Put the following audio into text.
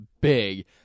big